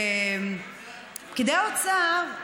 ופקידי האוצר,